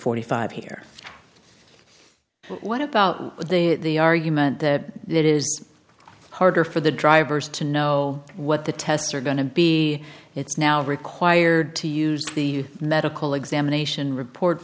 forty five here what about the argument that it is harder for the drivers to know what the tests are going to be it's now required to use the medical examination report